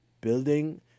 building